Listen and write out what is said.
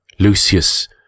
Lucius